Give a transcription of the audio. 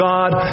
God